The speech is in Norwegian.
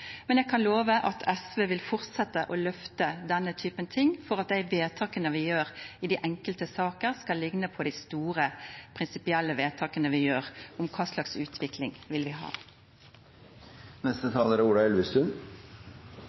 men eg kan lova at SV vil fortsetja å løfta denne typen ting, for at dei vedtaka vi gjer i dei enkelte sakene, skal likna på dei store prinsipielle vedtaka vi gjer om kva slags utvikling vi vil